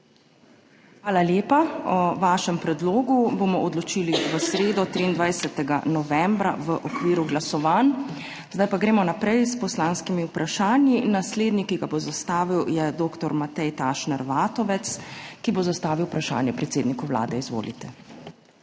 Hvala lepa. O vašem predlogu bomo odločili v sredo, 23. novembra, v okviru glasovanj. Zdaj pa gremo naprej s poslanskimi vprašanji. Naslednji, ki ga bo zastavil je dr. Matej Tašner Vatovec, ki bo zastavil vprašanje predsedniku Vlade. Izvolite.